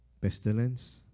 pestilence